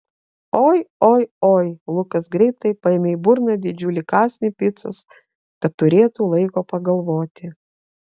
oi oi oi lukas greitai paėmė į burną didžiulį kąsnį picos kad turėtų laiko pagalvoti